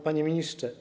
Panie Ministrze!